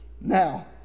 Now